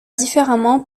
différemment